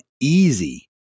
easy